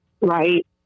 right